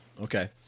okay